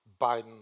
Biden